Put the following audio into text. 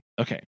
Okay